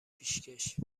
پیشکش